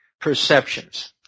perceptions